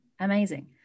Amazing